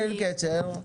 אין קצר.